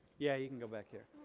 yeah you can go back here.